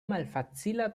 malfacila